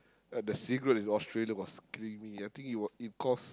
uh the cigarette in Australia was creamy I think it was it cost